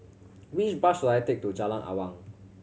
which bus should I take to Jalan Awang